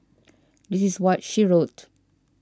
this is what she wrote